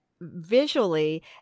visually